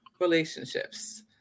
relationships